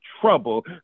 trouble